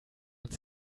ans